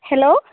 hello